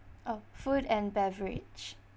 oh food and beverage